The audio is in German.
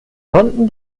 konnten